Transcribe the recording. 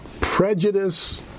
prejudice